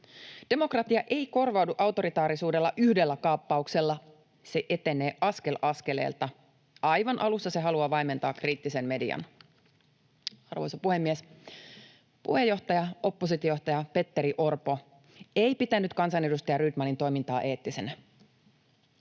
Demokratia ei korvaudu autoritaarisuudella yhdellä kaappauksella, se etenee askel askeleelta. Aivan alussa se haluaa vaimentaa kriittisen median. Arvoisa puhemies! Puheenjohtaja, oppositiojohtaja Petteri Orpo ei pitänyt kansanedustaja Rydmanin toimintaa eettisenä.